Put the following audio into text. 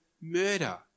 murder